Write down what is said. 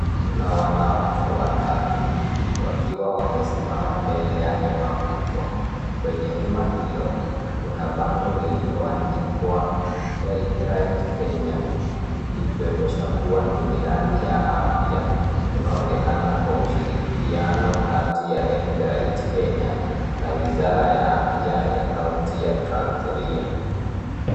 Kuna wanawake watatu wakiwa wamesimama mbele ya hema kubwa. Kwenye hema hilo kuna bango lililoandikwa healthright likionyesha kuwa ni miradi ya afya unaonekana kwa ushirikiano wa healthright Kenya na wizara ya afya ya kaunti ya Transnzoia.